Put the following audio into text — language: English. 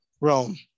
Rome